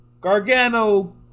Gargano